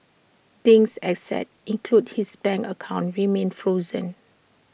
Ding's assets including his bank accounts remain frozen